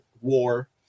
war